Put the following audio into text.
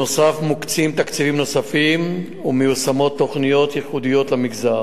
נוסף על כך מוקצים תקציבים נוספים ומיושמות תוכניות ייחודיות למגזר.